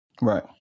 Right